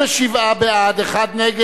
ועדת הכלכלה.